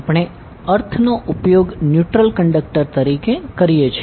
આપણે અર્થ નો ઉપયોગ ન્યુટ્રલ કંડકટર તરીકે કરીએ છીએ